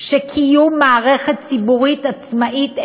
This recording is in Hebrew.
שקיום מערכת ציבורית עצמאית,